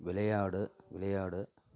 விளையாடு விளையாடு